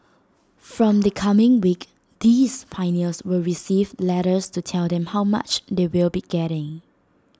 from the coming week these pioneers will receive letters to tell them how much they will be getting